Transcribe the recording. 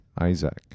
isaac